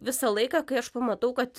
visą laiką kai aš pamatau kad